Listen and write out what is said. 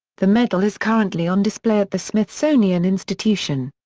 the medal is currently on display at the smithsonian institution.